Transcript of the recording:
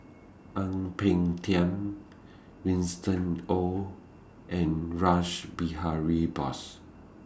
Ang Peng Tiam Winston Oh and Rash Behari Bose